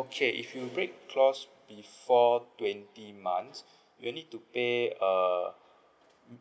okay if you break clause before twenty months you will need to pay err